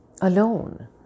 alone